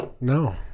No